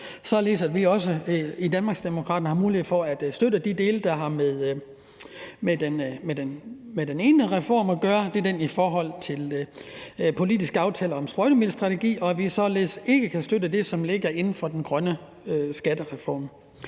således at vi også i Danmarksdemokraterne har mulighed for at støtte de dele, der har med den ene reform at gøre – det er den politiske aftale om en sprøjtemiddelstrategi – og at vi således ikke kan støtte det, som ligger inden for den grønne skattereform.